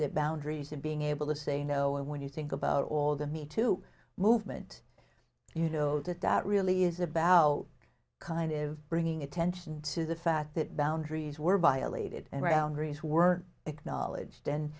that boundaries and being able to say you know when you think about all the meat to movement you know that really is about kind of bringing attention to the fact that boundaries were violated and around griese were acknowledged and